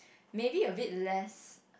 maybe a bit less